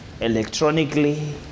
electronically